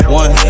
one